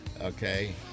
okay